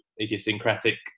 idiosyncratic